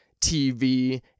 TV